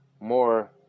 more